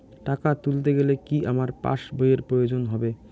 টাকা তুলতে গেলে কি আমার পাশ বইয়ের প্রয়োজন হবে?